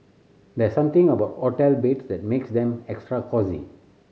there's something about hotel beds that makes them extra cosy